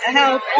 help